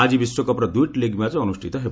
ଆଜି ବିଶ୍ୱକପ୍ର ଦୁଇଟି ଲିଗ୍ ମ୍ୟାଚ୍ ଅନୁଷ୍ଠିତ ହେବ